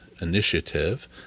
initiative